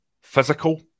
physical